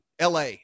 LA